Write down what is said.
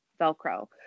Velcro